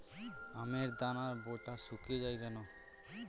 আমের দানার বোঁটা শুকিয়ে য়ায় কেন?